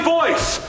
voice